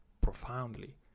profoundly